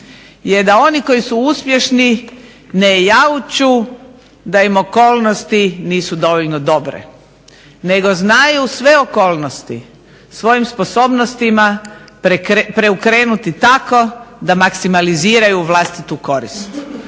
je da oni koji su uspješni ne jauču da im okolnosti nisu dovoljno dobre nego znaju sve okolnosti svojim sposobnostima preokrenuti tako da maksimaliziraju vlastitu korist.